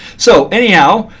so anyhow,